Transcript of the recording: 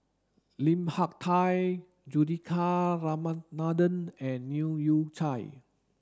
Lim Hak Tai Juthika Ramanathan and Leu Yew Chye